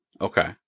okay